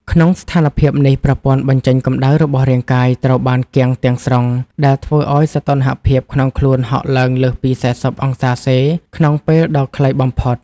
ក្នុងស្ថានភាពនេះ ប្រព័ន្ធបញ្ចេញកម្ដៅរបស់រាងកាយត្រូវបានគាំងទាំងស្រុង ដែលធ្វើឱ្យសីតុណ្ហភាពក្នុងខ្លួនហក់ឡើងលើសពី ៤០ អង្សាសេ ក្នុងពេលដ៏ខ្លីបំផុត។